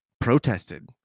protested